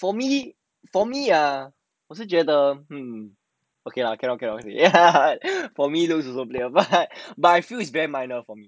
for me for me lah 我是觉得 mmhmm okay lah cannot cannot ya for me looks is okay ah but but I feel is very minor for me